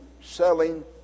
selling